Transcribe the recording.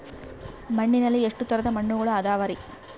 ಮಣ್ಣಿನಲ್ಲಿ ಎಷ್ಟು ತರದ ಮಣ್ಣುಗಳ ಅದವರಿ?